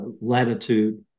latitude